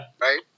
right